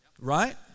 Right